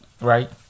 Right